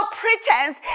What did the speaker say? pretense